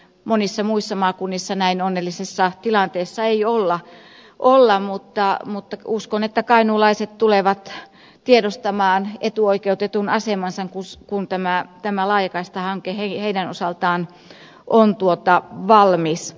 monissa muissa maakunnissa näin onnellisessa tilanteessa ei olla mutta uskon että kainuulaiset tulevat tiedostamaan etuoikeutetun asemansa kun tämä laajakaistahanke heidän osaltaan on valmis